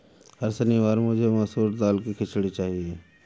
हर शनिवार मुझे मसूर दाल की खिचड़ी चाहिए